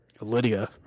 Lydia